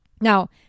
Now